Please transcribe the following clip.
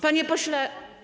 Panie pośle.